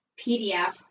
PDF